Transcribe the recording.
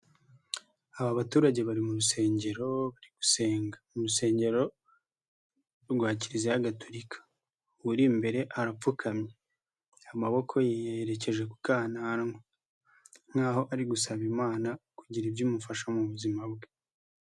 Aba baturage bari mu rusengero bari gusenga, ni urusengero rwa kiliziya Gatolika, uri imbere arapfukamye amaboko ye yerekeje ku k'ananwa nkaho ari gusaba imana kugira ibyo imufasha mu buzima bwe.